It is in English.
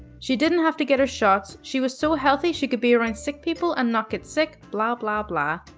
she didn't have to get her shots. she was so healthy she could be around sick people and not get sick. blah, blah, blah.